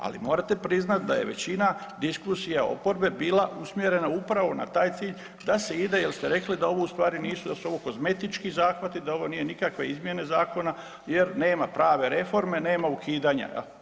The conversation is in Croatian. Ali morate priznati da je većina diskusija oporbe bila usmjerena upravo na taj cilj da se ide, jer ste rekli da ovo u stvari nisu, da su ovo kozmetički zahvati, da ovo nije nikakve izmjene zakona jer nema prave reforme, nema ukidanja.